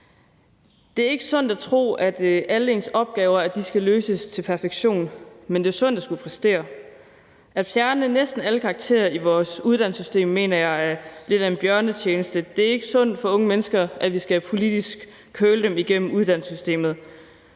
Det er ikke sundt at tro, at alle ens opgaver skal løses til perfektion, men det er sundt at skulle præstere. At fjerne næsten alle karakterer i vores uddannelsessystem mener jeg er lidt af en bjørnetjeneste. Det er ikke sundt for unge mennesker, at vi politisk skal curle dem igennem uddannelsessystemet,